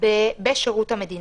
בשירות המדינה.